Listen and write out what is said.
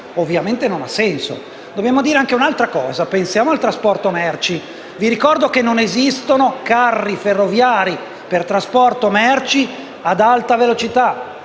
Ovviamente non ha senso. Dobbiamo dire anche un'altra cosa: pensiamo al trasporto merci. Vi ricordate? Non esistono carri ferroviari per il trasporto merci ad alta velocità,